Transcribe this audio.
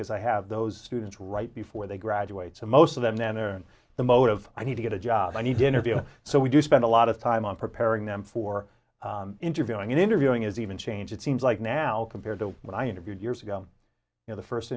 because i have those students right before they graduate so most of them then are the motive i need to get a job i need to interview so we do spend a lot of time on preparing them for interviewing and interviewing is even change it seems like now compared to when i interviewed years ago in the first